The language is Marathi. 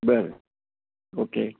बरं ओके